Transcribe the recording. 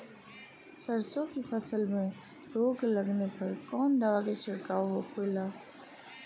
सरसों की फसल में रोग लगने पर कौन दवा के छिड़काव होखेला?